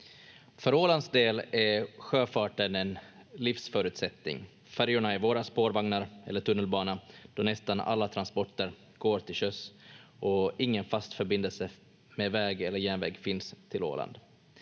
Ålands del är sjöfarten en livsförutsättning. Färjorna är våra spårvagnar eller tunnelbana då nästan alla transporter går till sjöss och ingen fast förbindelse med väg eller järnväg finns till Åland.